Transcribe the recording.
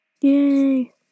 Yay